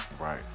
Right